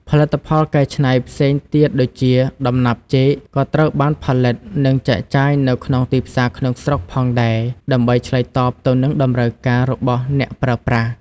ផលិតផលកែច្នៃផ្សេងទៀតដូចជា ដំណាប់ចេក ក៏ត្រូវបានផលិត និងចែកចាយនៅក្នុងទីផ្សារក្នុងស្រុកផងដែរ ដើម្បីឆ្លើយតបទៅនឹងតម្រូវការ របស់អ្នកប្រើប្រាស់។